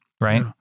Right